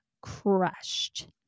crushed